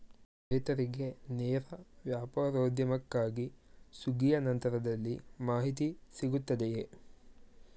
ರೈತರಿಗೆ ನೇರ ವ್ಯಾಪಾರೋದ್ಯಮಕ್ಕಾಗಿ ಸುಗ್ಗಿಯ ನಂತರದಲ್ಲಿ ಮಾಹಿತಿ ಸಿಗುತ್ತದೆಯೇ?